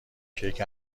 کیک